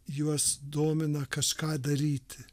juos domina kažką daryti